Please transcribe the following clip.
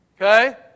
okay